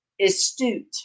astute